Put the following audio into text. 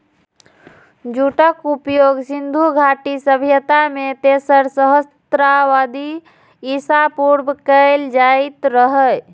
जूटक उपयोग सिंधु घाटी सभ्यता मे तेसर सहस्त्राब्दी ईसा पूर्व कैल जाइत रहै